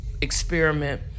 experiment